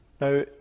Now